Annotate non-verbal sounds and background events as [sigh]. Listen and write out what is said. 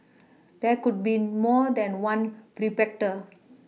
there could be more than one perpetrator [noise]